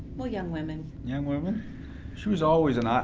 well, young women young women she was always an